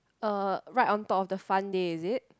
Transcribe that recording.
uh right on top of the fun day is it